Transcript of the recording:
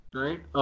right